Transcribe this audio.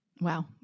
Wow